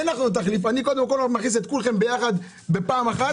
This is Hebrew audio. אני מכניס את כולכם ביחד במיסוי,